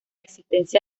existencia